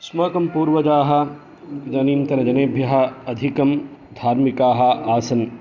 अस्माकं पूर्वजाः इदानीन्तनजनेभ्यः अधिकं धार्मिकाः आसन्